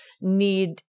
need